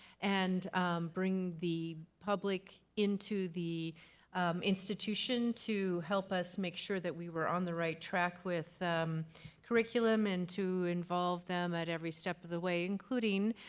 and bring the public into the institution to help us make sure that we were on the right track with curriculum and to involve them at every step of the way, including